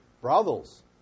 brothels